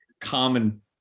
common